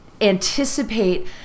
anticipate